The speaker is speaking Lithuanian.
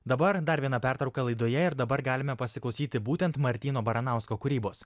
dabar dar viena pertrauka laidoje ir dabar galime pasiklausyti būtent martyno baranausko kūrybos